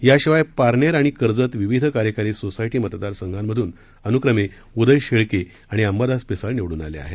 याशिवाय पारनेर आणि कर्जत विविध कार्यकारी सोसायटी मतदारसंघातून अनुक्रमे उदय शेळके आणि अंबादास पिसाळ निवडून आले आहेत